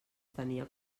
tenia